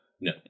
No